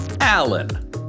Alan